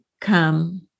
come